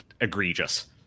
egregious